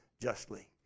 justly